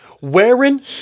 wearing